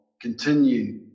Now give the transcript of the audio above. Continue